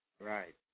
right